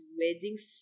weddings